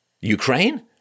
Ukraine